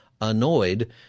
annoyed